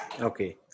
Okay